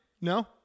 No